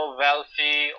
wealthy